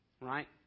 Right